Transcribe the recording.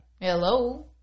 Hello